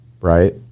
right